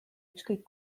ükskõik